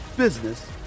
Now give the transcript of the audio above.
business